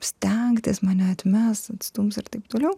stengtis mane atmes atstums ir taip toliau